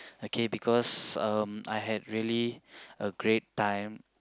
okay because um I had really a great time